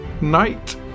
Night